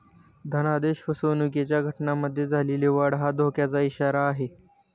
धनादेश फसवणुकीच्या घटनांमध्ये झालेली वाढ हा धोक्याचा इशारा आहे